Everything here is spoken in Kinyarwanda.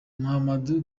mahamadou